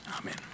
Amen